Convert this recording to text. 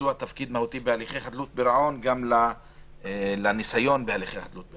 ביצוע תפקיד מהותי בהליכי חדלות פירעון גם לניסיון בהליכי חדלות פירעון.